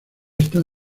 esta